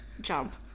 Jump